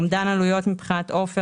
אומדן עלויות מבחינת עופר